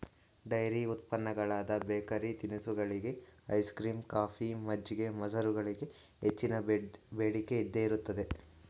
dairy ಉತ್ಪನ್ನಗಳಾದ bakery ತಿನಿಸುಗಳಿಗೆ, ice cream, coffee, ಮಜ್ಜಿಗೆ, ಮೊಸರುಗಳಿಗೆ ಹೆಚ್ಚಿನ ಬೇಡಿಕೆ ಇದ್ದೇ ಇರುತ್ತದೆ